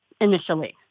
initially